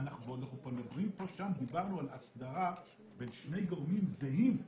שם דיברנו על אסדרה בין שני גורמים זהים: